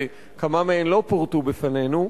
וכמה מהן לא פורטו בפנינו,